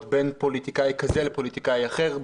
בין פוליטיקאי כזה לפוליטיקאי אחר,